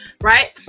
right